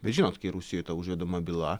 bet žinot kai rusijoj užvedama byla